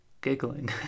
giggling